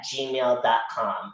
gmail.com